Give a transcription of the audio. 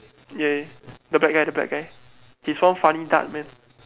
ya the black guy the black guy he's one funny dark man